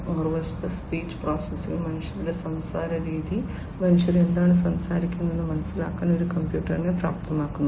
മറുവശത്ത് speech processing മനുഷ്യർ സംസാരിക്കുന്ന രീതി മനുഷ്യർ എന്താണ് സംസാരിക്കുന്നതെന്ന് മനസിലാക്കാൻ ഒരു കമ്പ്യൂട്ടറിനെ പ്രാപ്തമാക്കുന്നു